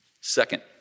Second